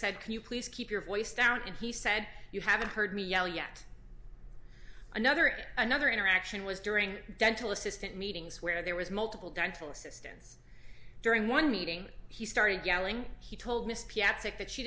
said can you please keep your voice down and he said you haven't heard me yell yet another area another interaction was during dental assistant meetings where there was multiple dental assistants during one meeting he started yelling he told mr p adic that she